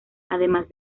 además